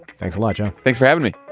thanks, elijah. thanks for having me.